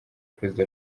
perezida